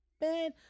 bed